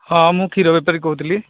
ହଁ ମୁଁ କ୍ଷୀର ବେପାରୀ କହୁଥିଲି